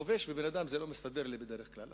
כובש ובן-אדם לא מסתדרים לי בדרך כלל,